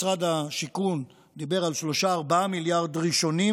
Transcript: משרד השיכון דיבר על 4-3 מיליארד ראשונים